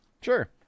Sure